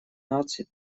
наций